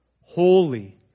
Holy